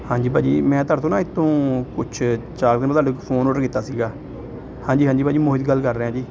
ਹਾਂਜੀ ਭਾਅ ਜੀ ਮੈਂ ਤੁਹਾਡੇ ਤੋਂ ਨਾ ਇੱਥੋਂ ਕੁਛ ਚਾਰ ਦਿਨ ਤੁਹਾਡੇ ਤੋਂ ਫੋਨ ਔਡਰ ਕੀਤਾ ਸੀਗਾ ਹਾਂਜੀ ਹਾਂਜੀ ਭਾਅ ਜੀ ਮੋਹਿਤ ਗੱਲ ਕਰ ਰਿਹਾ ਜੀ